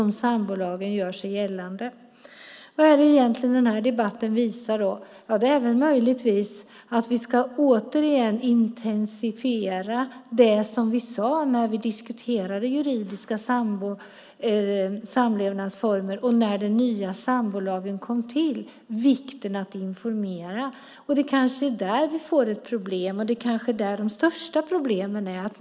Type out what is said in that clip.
Vad är det då som denna debatt visar? Möjligtvis är det att vi återkomma till det som vi sade när vi diskuterade juridiska samlevnadsformer och den nya sambolagen kom till, nämligen vikten av att informera. Det är kanske där de största problemen finns.